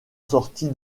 sortie